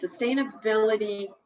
Sustainability